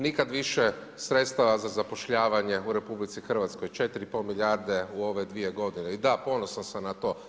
Nikad više sredstava za zapošljavanje u RH, 4 i pol milijarde u ove dvije godine i da, ponosan sam na to.